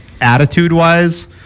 attitude-wise